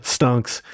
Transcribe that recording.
Stunks